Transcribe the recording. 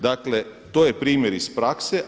Dakle, to je primjer iz prakse.